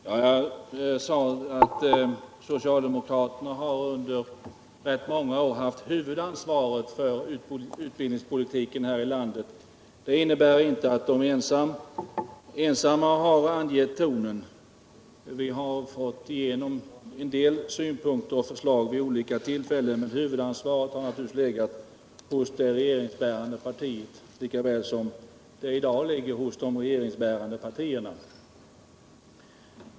Herr talman! Jag sade att socialdemokraterna under många år haft huvudansvaret för utbildningspolitiken här i landet, men det innebär inte att de ensamma har angett tonen. Vi har fått igenom en hel del synpunkter och förslag vid olika tillfällen, även om huvudansvaret naturligtvis har legat på det regeringsbärande partiet, lika väl som det i dag ligger hos de regeringsbärande partierna.